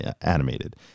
animated